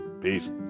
Peace